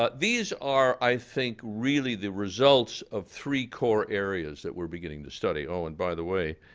ah these are, i think, really the results of three core areas that we're beginning to study. oh, and by the way,